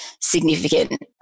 significant